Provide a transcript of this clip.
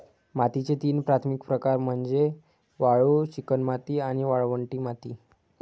मातीचे तीन प्राथमिक प्रकार म्हणजे वाळू, चिकणमाती आणि वाळवंटी माती